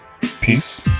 peace